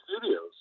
studios